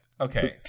okay